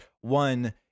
One